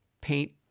paint